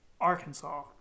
Arkansas